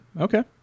okay